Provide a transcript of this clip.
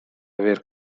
aver